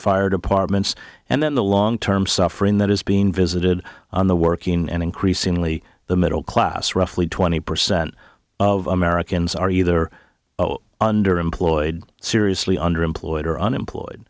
fire departments and then the long term suffering that is being visited on the working and increasingly the middle class roughly twenty percent of americans are either underemployed seriously underemployed